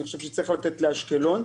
אני חושב שצריך לתת לאשקלון.